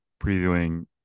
previewing